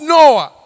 Noah